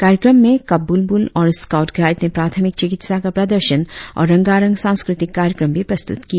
कार्यक्रम में काप बुलबुल और स्काऊंट गाईड ने प्राथमिक चिकित्सा का प्रदर्शन और रंगारंग सांस्कृतिक कार्यक्रम प्रस्तुत किया